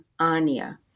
ania